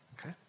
okay